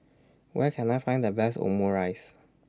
Where Can I Find The Best Omurice